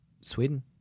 Sweden